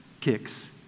kicks